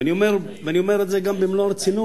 ואני אומר את זה גם במלוא הרצינות.